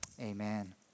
Amen